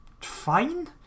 fine